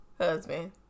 Husband